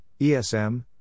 ESM